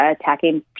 attacking